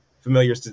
Familiar